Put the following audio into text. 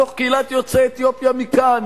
מתוך קהילת יוצאי אתיופיה מכאן,